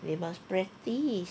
they must practice